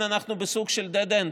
ולכן אנחנו בסוג של dead-end,